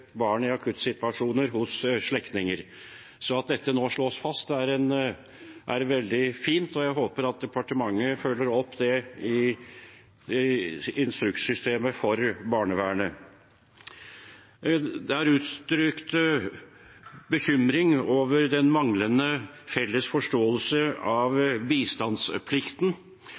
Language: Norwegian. barn i akuttsituasjoner hos slektninger. At dette nå slås fast, er veldig fint, og jeg håper departementet følger det opp i instrukssystemet for barnevernet. Det er uttrykt bekymring over den manglende felles forståelsen av bistandsplikten.